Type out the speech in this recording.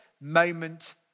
moment